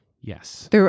Yes